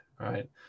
Right